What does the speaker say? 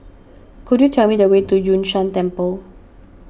could you tell me the way to Yun Shan Temple